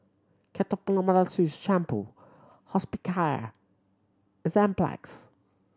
Ketoconazole Shampoo Hospicare Enzyplex